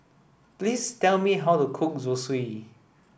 please tell me how to cook Zosui